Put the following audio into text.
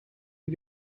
you